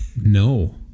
No